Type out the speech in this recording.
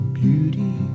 beauty